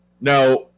Now